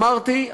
אמרתי,